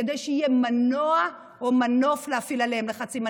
כדי שיהיה מנוע או מנוף להפעיל עליהם לחצים.